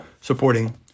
supporting